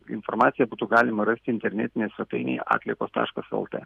informaciją būtų galima rasti internetinėje svetainėje atliekos taškas el t